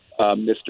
Mr